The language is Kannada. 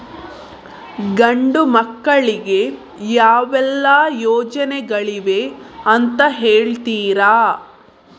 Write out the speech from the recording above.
ಗಂಡು ಮಕ್ಕಳಿಗೆ ಯಾವೆಲ್ಲಾ ಯೋಜನೆಗಳಿವೆ ಅಂತ ಹೇಳ್ತೀರಾ?